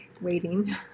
waiting